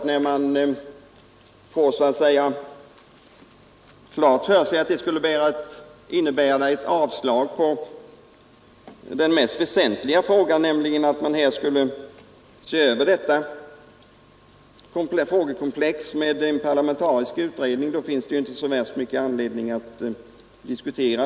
När man får klart för sig att det skulle innebära ett avslag på den mest väsentliga punkten, nämligen att låta en parlamentarisk utredning se över detta frågekomplex, finns det naturligtvis inte så värst stor anledning att diskuter.